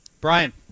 Brian